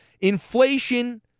Inflation